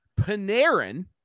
Panarin